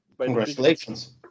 congratulations